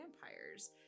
vampires